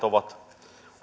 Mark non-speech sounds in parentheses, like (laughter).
(unintelligible) ovat